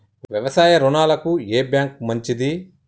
వ్యవసాయ రుణాలకు ఏ బ్యాంక్ మంచిది?